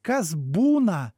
kas būna